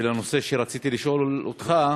ולנושא שרציתי לשאול אותך,